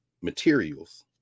materials